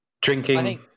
drinking